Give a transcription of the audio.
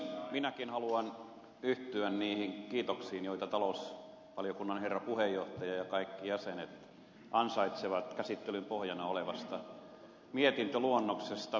minäkin haluan yhtyä niihin kiitoksiin joita talousvaliokunnan herra puheenjohtaja ja kaikki jäsenet ansaitsevat käsittelyn pohjana olevasta mietintöluonnoksesta